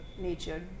nature